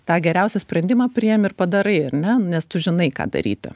tą geriausią sprendimą priimi ir padaraiar ne nes tu žinai ką daryti